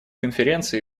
конференции